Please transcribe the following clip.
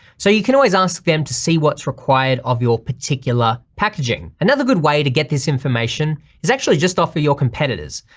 so you can always ask them to see what's required of your particular packaging. another good way to get this information is actually just offer your competitors,